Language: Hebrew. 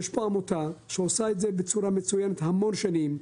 יש פה עמותה שעושה את זה בצורה מצוינת המון שנים,